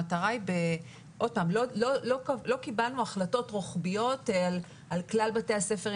לא קיבלנו החלטות רוחביות על כלל בתי הספר.